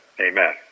Amen